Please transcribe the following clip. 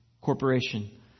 Corporation